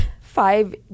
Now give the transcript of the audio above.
five